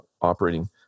operating